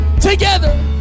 together